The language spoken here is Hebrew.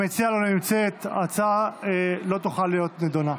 המציעה לא נמצאת, ההצעה לא תוכל להיות נדונה.